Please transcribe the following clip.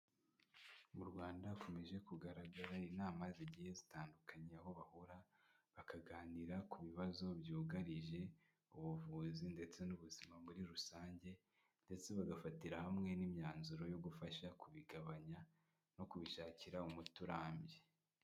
Mu rwanda hakomeje kugaragara inama zigiye zitandukanye, aho bahura bakaganira ku bibazo byugarije ubuvuzi ndetse n'ubuzima muri rusange ndetse bagafatira hamwe n'imyanzuro yo gufasha kubigabanya no kubishakira umuti urambye.